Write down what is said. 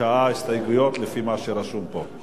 שעה של הסתייגויות, לפי מה שרשום פה.